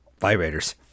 vibrators